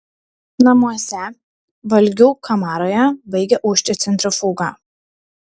namuose valgių kamaroje baigia ūžti centrifuga